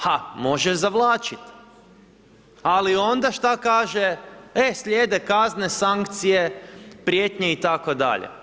Ha, može zavlačit, ali onda šta kaže, e slijede kazne, sankcije, prijetnje itd.